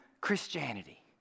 Christianity